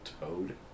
Toad